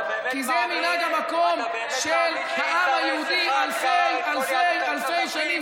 כי זה מנהג המקום של העם היהודי אלפי אלפי אלפי שנים.